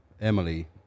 Emily